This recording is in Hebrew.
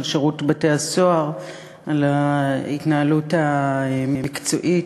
שירות בתי-הסוהר על ההתנהלות המקצועית,